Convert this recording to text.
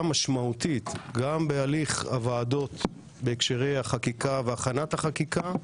משמעותית גם בתהליכי הוועדות בהקשרי החקיקה והכנת החקיקה,